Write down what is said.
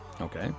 okay